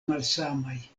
malsamaj